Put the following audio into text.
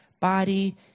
body